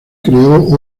creó